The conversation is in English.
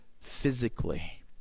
physically